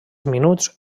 minuts